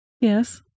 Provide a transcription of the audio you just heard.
Yes